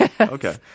Okay